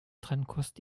trennkost